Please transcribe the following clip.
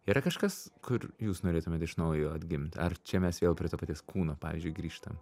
yra kažkas kur jūs norėtumėt iš naujo atgimt ar čia mes vėl prie to paties kūno pavyzdžiui grįžtam